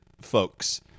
folks